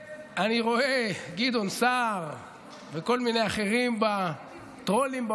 אני רואה את גדעון סער וכל מיני טרולים אחרים